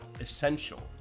essential